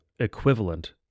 equivalent